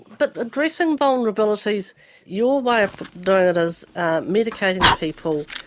but addressing vulnerabilities your way of doing it is medicating people,